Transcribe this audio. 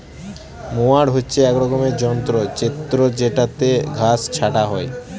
mower হচ্ছে এক রকমের যন্ত্র জেত্রযেটাতে ঘাস ছাটা হয়